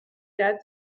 quatre